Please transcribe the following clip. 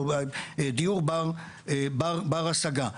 או דיור בר השגה.